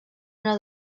una